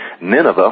Nineveh